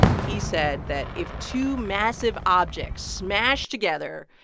he said that if two massive objects smash together,